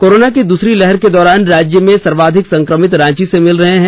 corona की दूसरी लहर के दौरान राज्य में सर्वाधिक संक्रमित रांची से मिल रहे हैं